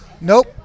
Nope